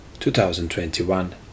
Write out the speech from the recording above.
2021